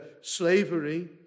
slavery